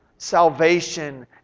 Salvation